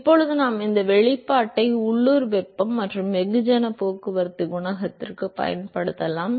இப்போது நாம் இந்த வெளிப்பாட்டை உள்ளூர் வெப்பம் மற்றும் வெகுஜன போக்குவரத்து குணகத்திற்கு பயன்படுத்தலாம்